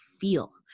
feel